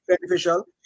beneficial